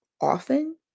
often